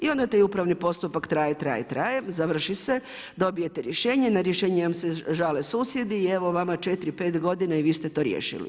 I onda taj upravni postupak traje, traje, traje, završi se, dobijete rješenje, na rješenje vam se žale susjedi i evo vama 4, 5 godina i vi ste to riješili.